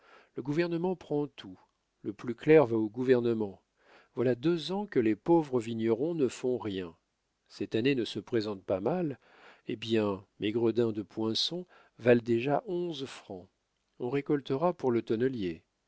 le gouvernement prend tout le plus clair va au gouvernement voilà deux ans que les pauvres vignerons ne font rien cette année ne se présente pas mal eh bien mes gredins de poinçons valent déjà onze francs on récoltera pour le tonnelier